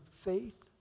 faith